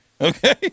okay